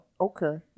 okay